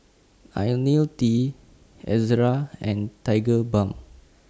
Ionil T Ezerra and Tigerbalm